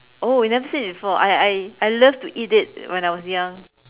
oh you never seen it before I I I love to eat it when I was young